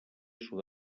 sud